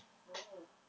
oh